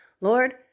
Lord